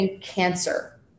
cancer